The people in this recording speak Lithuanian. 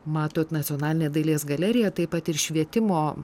matot nacionalinė dailės galerija taip pat ir švietimo